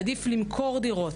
עדיף למכור דירות,